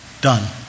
done